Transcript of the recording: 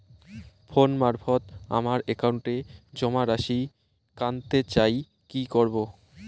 Phone মারফত আমার একাউন্টে জমা রাশি কান্তে চাই কি করবো?